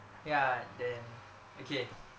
ya then okay